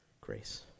grace